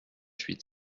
huit